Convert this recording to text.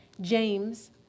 James